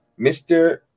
Mr